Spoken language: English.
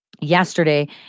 Yesterday